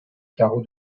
carreau